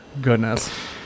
Goodness